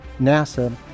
NASA